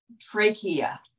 trachea